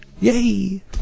Yay